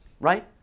right